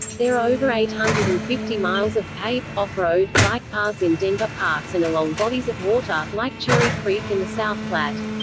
there are over eight hundred and fifty miles of paved, off-road, bike paths in denver parks and along bodies of water, like cherry creek and the south platte.